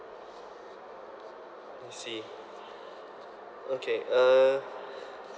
I see okay uh